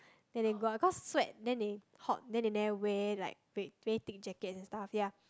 then they go out cause sweat then they hot then they never wear like very very big jacket and stuff ya